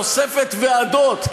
תוספת ועדות,